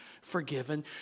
forgiven